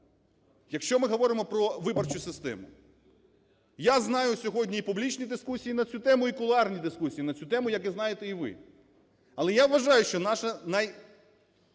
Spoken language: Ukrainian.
якщо ми говоримо про виборчу систему, я знаю сьогодні і публічні дискусії на цю тему, і кулуарні дискусії на цю тему, як і знаєте і ви. Але я вважаю, що наша